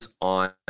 on